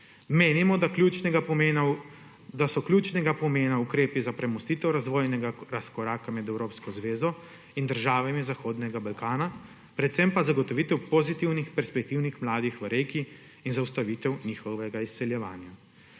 Menimo, da so ključnega pomena ukrepi za premostitev razvojnega razkoraka med Evropsko zvezo in državami Zahodnega Balkana, predvsem pa za zagotovitev pozitivnih perspektivnih mladih v regiji in zaustavitev njihovega izseljevanja.